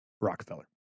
Rockefeller